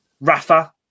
Rafa